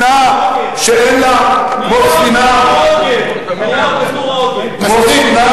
חתיכת נייר, חתיכת נייר בתור עוגן, כמו ספינה